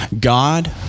God